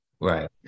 Right